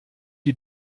die